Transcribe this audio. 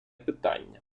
питання